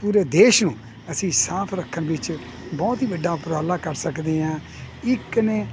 ਪੂਰੇ ਦੇਸ਼ ਨੂੰ ਅਸੀਂ ਸਾਫ਼ ਰੱਖਣ ਵਿੱਚ ਬਹੁਤ ਹੀ ਵੱਡਾ ਉਪਰਾਲਾ ਕਰ ਸਕਦੇ ਹਾਂ ਵਾਂ ਇੱਕ ਨੇ